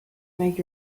make